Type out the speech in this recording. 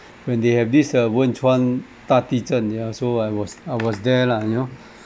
when they have this uh 汶川大地震 yeah so I was I was there lah you know